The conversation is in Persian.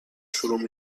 شروع